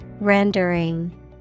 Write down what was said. Rendering